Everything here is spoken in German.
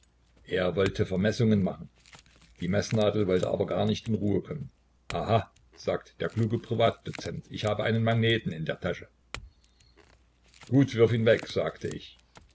er wollte vermessungen machen die meßnadel wollte aber gar nicht in ruhe kommen aha sagt der kluge privatdozent ich habe einen magneten in der tasche gut wirf ihn weg sagte ich